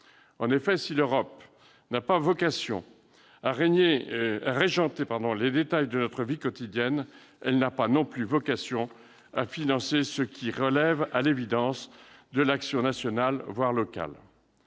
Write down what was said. En effet, si l'Europe n'a pas vocation à régenter les détails de notre vie quotidienne, elle n'a pas non plus vocation à financer ce qui relève à l'évidence de l'action nationale, voire locale.